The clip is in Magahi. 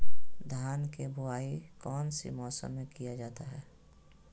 धान के बोआई कौन सी मौसम में किया जाता है?